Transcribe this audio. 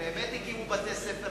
שהש"סניקים באמת הקימו בתי-ספר,